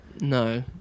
No